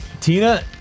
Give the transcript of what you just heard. Tina